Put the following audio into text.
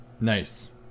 Nice